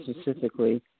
specifically